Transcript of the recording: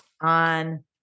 on